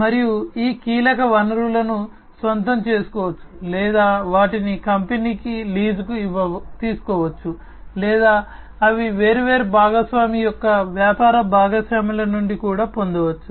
మరియు ఈ కీలక వనరులను స్వంతం చేసుకోవచ్చు లేదా వాటిని కంపెనీ లీజుకు తీసుకోవచ్చు లేదా అవి వేర్వేరు భాగస్వామి యొక్క వ్యాపార భాగస్వాముల నుండి కూడా పొందవచ్చు